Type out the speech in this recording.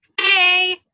Hey